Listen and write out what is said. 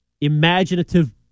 imaginative